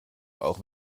auch